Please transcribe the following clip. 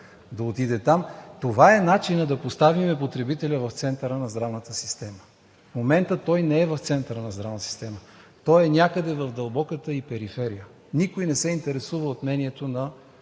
да отиде там. Това е начинът да поставим потребителя в центъра на здравната система. В момента той не е в центъра на здравната система, той е някъде в дълбоката ѝ периферия. Никой не се интересува от неговото